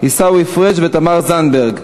עיסאווי פריג' ותמר זנדברג.